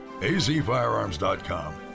azfirearms.com